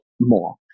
more